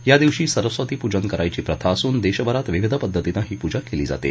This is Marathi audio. या दिवशी सरस्वती पूजन करण्याची प्रथा असून देशभरात विविध पद्धतीनं ही पूजा केली जाते